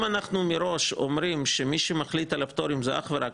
אם אנחנו מראש אומרים שמי שמחליט על הפטורים זה אך ורק